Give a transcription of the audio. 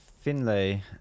Finlay